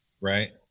Right